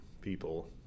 people